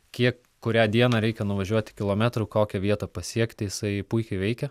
kiek kurią dieną reikia nuvažiuoti kilometrų kokią vietą pasiekti jisai puikiai veikė